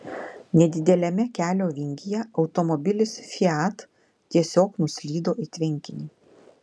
nedideliame kelio vingyje automobilis fiat tiesiog nuslydo į tvenkinį